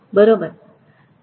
बरोबर